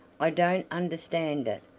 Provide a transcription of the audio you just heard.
i don't understand it.